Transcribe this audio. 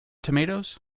tomatoes